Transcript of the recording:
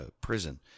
prison